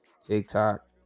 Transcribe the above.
TikTok